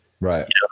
right